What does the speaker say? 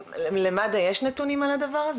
למד"א יש נתונים על הדבר הזה?